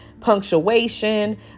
punctuation